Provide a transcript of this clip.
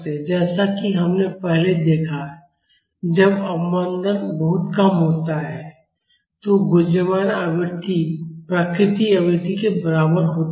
जैसा कि हमने पहले देखा है जब अवमंदन बहुत कम होता है तो गुंजयमान आवृत्ति प्राकृतिक आवृत्ति के बराबर होती है